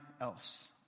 else